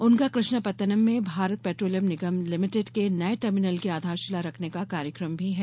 उनका कृष्णापत्तनम में भारत पेट्रोलियम निगम लिमिटेड के नए टर्मिनल की आधारशिला रखने का कार्यक्रम भी है